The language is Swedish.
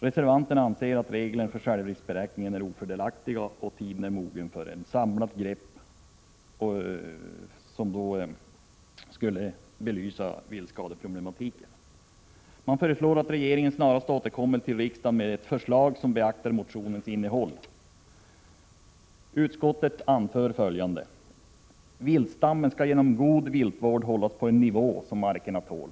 Reservanterna anser att reglerna för självriskberäkning är ofördelaktiga och att tiden nu är mogen för att ett samlat grepp av viltskadeproblematiken övervägs. Man föreslår att regeringen snarast återkommer till riksdagen med ett förslag som beaktar motionernas innehåll. Utskottet anför följande: Viltstammen skall genom god viltvård hållas på den nivå markerna tål.